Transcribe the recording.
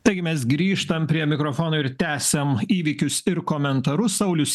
taigi mes grįžtam prie mikrofono ir tęsiam įvykius ir komentarus saulius